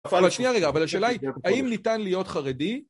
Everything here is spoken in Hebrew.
אבל שנייה רגע, אבל השאלה היא האם ניתן להיות חרדי?